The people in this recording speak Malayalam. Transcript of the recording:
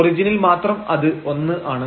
ഒറിജിനിൽ മാത്രം അത് ഒന്ന് ആണ്